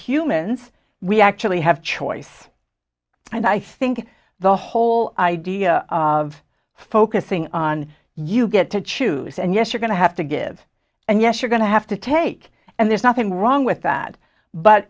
humans we actually have choice and i think the whole idea of focusing on you get to choose and yes you're going to have to give and yes you're going to have to take and there's nothing wrong with that but